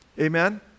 Amen